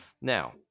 Now